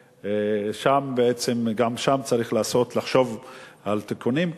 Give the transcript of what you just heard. בעצם גם שם צריך לחשוב על תיקונים,